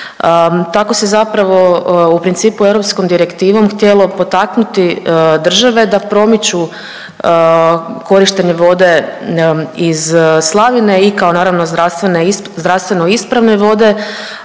Tako se zapravo u principu europskom direktivom htjelo potaknuti države da promiču korištenje vode iz slavine i kao naravno zdravstveno ispravne vode,